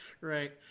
right